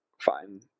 fine